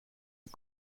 een